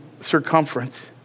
circumference